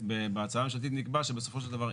בהצעה הממשלתית נקבע שבסופו של דבר,